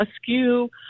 askew